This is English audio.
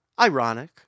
Ironic